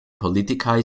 politikaj